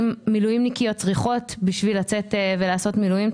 האם מילואימניקיות צריכות הטבות מיוחדות בשביל לצאת ולעשות מילואים.